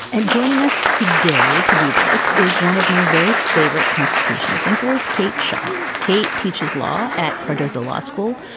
and joining us today to do this is one of my very favorite constitutional thinkers, kate shaw. kate teaches law at cardozo law school,